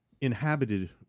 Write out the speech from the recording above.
inhabited